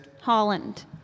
Holland